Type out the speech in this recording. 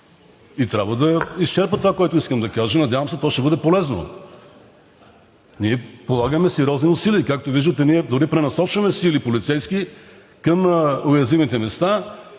и трябва да изчерпя това, което искам да кажа. Надявам се, то ще бъде полезно. Ние полагаме сериозни усилия и както виждате дори пренасочваме полицейски сили към уязвимите места